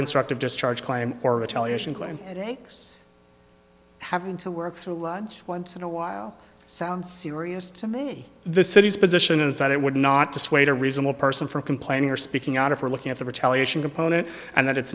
constructive just charge claim or retaliation claim they are having to work through lunch once in awhile sounds serious to me the city's position is that it would not dissuade a reasonable person from complaining or speaking out if we're looking at the retaliation component and that it's